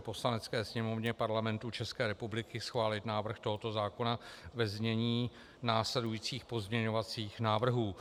Poslanecké sněmovně Parlamentu České republiky schválit návrh tohoto zákona ve znění následujících pozměňovacích návrhů.